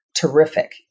terrific